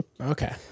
Okay